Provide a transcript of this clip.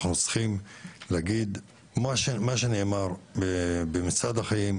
אנחנו צריכים להגיד מה שנאמר במצעד החיים,